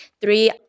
three